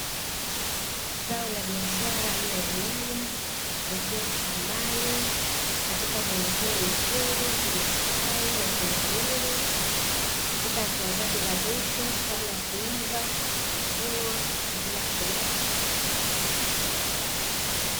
Zao la biashara aina ya nyanya zikiwa shambani katika muonekano mzuri, zimestawi na kunawiri, katika hatua zake za mwisho kabla ya kuiva na kuvunwa kwa ajili ya kupelekwa sokoni.